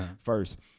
first